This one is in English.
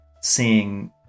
seeing